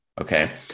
Okay